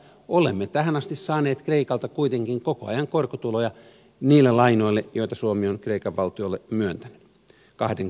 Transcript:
olemme tähän asti saaneet kreikalta kuitenkin koko ajan korkotuloja niille lainoille joita suomi on kreikan valtiolle myöntänyt kahdenvälisinä lainoina